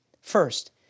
First